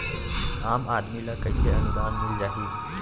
आम आदमी ल कइसे अनुदान मिल जाही?